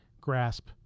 grasp